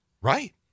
right